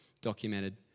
documented